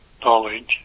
knowledge